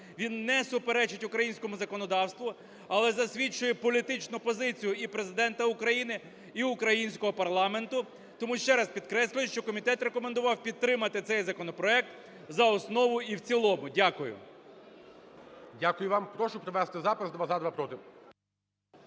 Він не суперечить українському законодавству, але засвідчує політичну позицію і Президента України, і українського парламенту. Тому ще раз підкреслюю, що комітет рекомендував підтримати цей законопроект за основу і в цілому. Дякую. ГОЛОВУЮЧИЙ. Дякую вам. Прошу провести запис: два – за, два – проти.